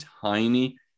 tiny